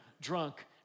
drunk